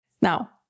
Now